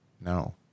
No